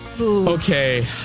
Okay